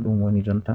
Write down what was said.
woodi ko waawataa.